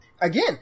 Again